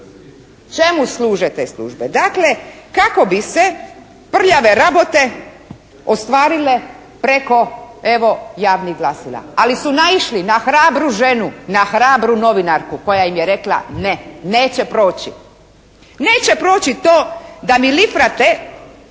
Čemu služe te službe? Dakle, kako bi se prljave rabote ostvarile preko evo, javnih glasila. Ali su naišli na hrabru ženu, na hrabru novinarku koja im je rekla ne. Neće proći. Neće proći to da mi lifrate